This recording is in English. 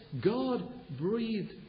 God-breathed